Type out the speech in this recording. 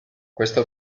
questa